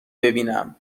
ببینم